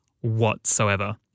whatsoever